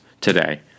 today